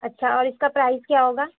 اچھا اور اس کا پرائز کیا ہوگا